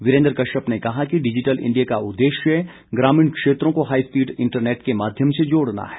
वीरेन्द्र कश्यप ने कहा कि डिजिटल इंडिया का उददेश्य ग्रामीण क्षेत्रों को हाई स्पीड इंटरनेट के माध्यम से जोड़ना है